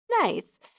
Nice